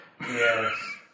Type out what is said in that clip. Yes